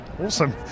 Awesome